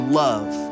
love